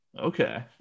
Okay